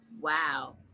Wow